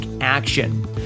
action